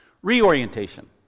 reorientation